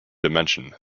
dimension